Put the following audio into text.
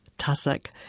tussock